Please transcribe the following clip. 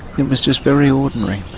it was just very ordinary.